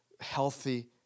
healthy